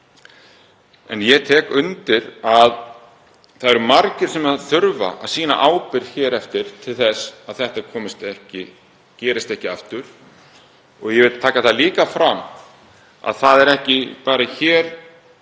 að. Ég tek undir að það eru margir sem þurfa að axla ábyrgð hér eftir til þess að þetta gerist ekki aftur. Ég vil líka taka fram að það er ekki við